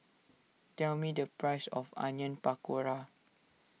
tell me the price of Onion Pakora